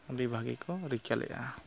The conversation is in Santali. ᱟᱹᱰᱤ ᱵᱷᱟᱹᱜᱤ ᱠᱚ ᱨᱤᱠᱟᱹ ᱞᱮᱫᱼᱟ